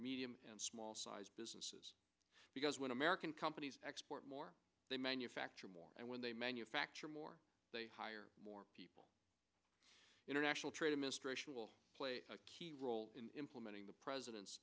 medium and small sized businesses because when american companies export more they manufacture more and when they manufacture more they hire more people international trade administration will play a key role in implementing the president